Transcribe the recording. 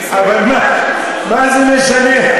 אבל מה זה משנה?